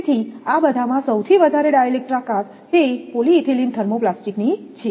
તેથી આ બધામાં સૌથી વધારે ડાઇ ઇલેક્ટ્રિક તાકાત તે પોલિઇથિલિન થર્મોપ્લાસ્ટિક ની છે